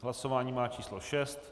Hlasování má číslo 6.